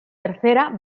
tercera